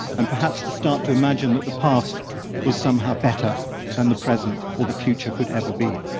and perhaps to start to imagine that the past was somehow better than the present or the future could ever be.